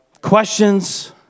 Questions